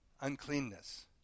uncleanness